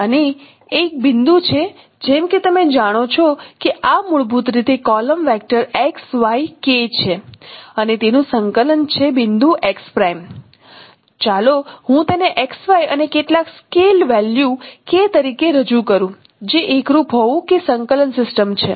અને એક બિંદુ છે જેમ કે તમે જાણો છો કે આ મૂળભૂત રીતે કોલમ વેક્ટર છે અને તેનું સંકલન છે બિંદુ x' ચાલો હું તેને x y અને કેટલાક સ્કેલ વેલ્યુ k તરીકે રજૂ કરું જે એકરૂપ હોવું કે સંકલન સિસ્ટમ છે